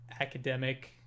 academic